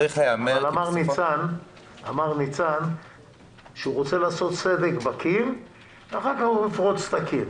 אמר ניצן הורוביץ שהוא רוצה ליצור סדק בקיר ואחר כך הוא יפרוץ את הקיר.